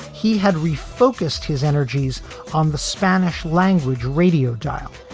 he had refocused his energies on the spanish language radio dial,